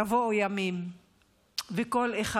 יבואו ימים וכל אחד